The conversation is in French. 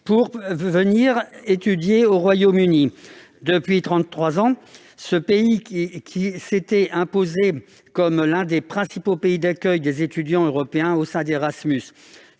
pour venir étudier au Royaume-Uni. Depuis trente-trois ans, ce pays s'était imposé comme l'un des principaux pays d'accueil des étudiants européens au sein d'Erasmus.